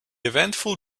eventful